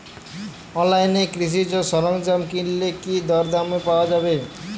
অনলাইনে কৃষিজ সরজ্ঞাম কিনলে কি কমদামে পাওয়া যাবে?